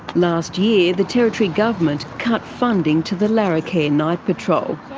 last year the territory government cut funding to the larrakia night patrol.